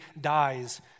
dies